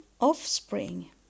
offspring